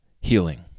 healing